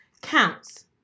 counts